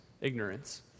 Ignorance